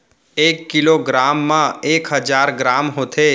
एक kilogram मा एक हजार ग्राम होथे